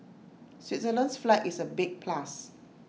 Switzerland's flag is A big plus